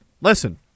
Listen